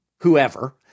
whoever